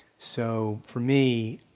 so for me,